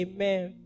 Amen